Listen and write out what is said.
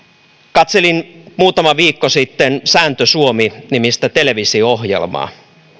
katselin muutama viikko sitten sääntö suomi nimistä televisio ohjelmaa